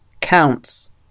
counts